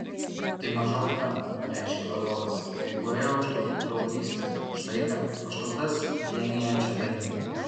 tai maža auka pareiškė vadovas veikloje už tautų draugystę už taiką už tautas vienijančią dainą